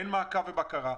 אין מעקב ובקרה.